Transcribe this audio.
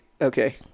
Okay